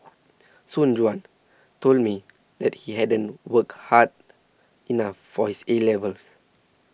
soon Juan told me that he hadn't worked hard enough for his A levels